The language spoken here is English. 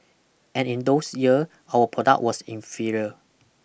and in those year our product was inferior